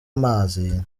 amazi